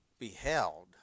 beheld